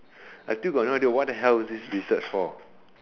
I still got no idea what the hell is this research for